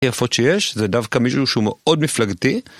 זה דווקא מישהו שהוא מאוד מפלגתי